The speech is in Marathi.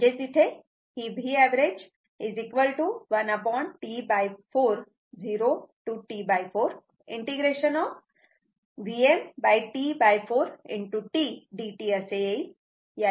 म्हणजेच इथे ही Vएव्हरेज 1T4 0 ते T4 ∫ VmT4 t dt असे येईल